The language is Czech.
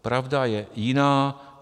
Pravda je jiná.